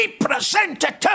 representative